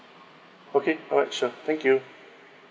okay alright sure thank you